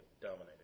dominated